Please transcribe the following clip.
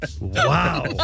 Wow